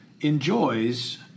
enjoys